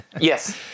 Yes